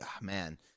man